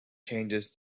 changes